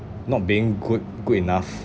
not being good good enough